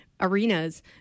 arenas